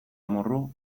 amorru